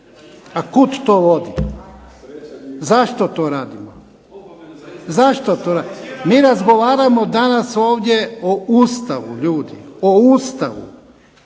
A kuda to vodi? Zašto to radimo? Mi razgovaramo ovdje o Ustavu ljudi o Ustavu.